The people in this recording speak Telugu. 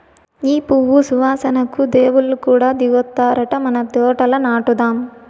ఈ పువ్వు సువాసనకు దేవుళ్ళు కూడా దిగొత్తారట మన తోటల నాటుదాం